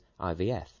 IVF